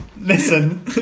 Listen